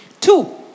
Two